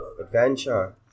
adventure